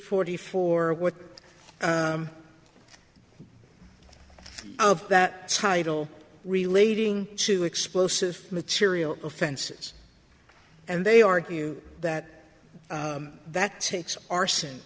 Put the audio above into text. forty four what of that title relating to explosive material offenses and they argue that that takes arson